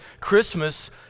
Christmas